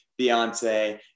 Beyonce